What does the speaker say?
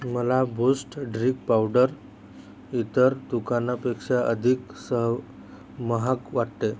मला Boost drink powder इतर दुकानापेक्षा अधिक सव महाग वाटते